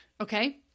okay